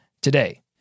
today